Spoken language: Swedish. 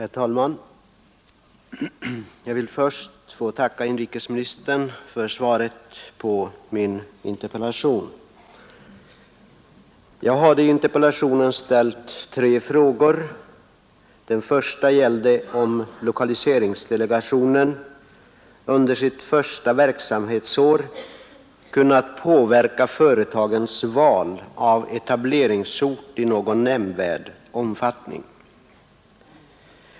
Herr talman! Jag vill först tacka inrikesministern för svaret på min interpellation. Jag hade i interpellationen ställt tre frågor. Den första gällde om lokaliseringsdelegationen under sitt första verksamhetsår i någon nämnvärd omfattning kunnat påverka företagens val av etableringsort.